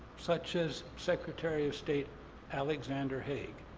such as secretary of state alexander haig,